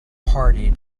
party